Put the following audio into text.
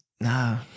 No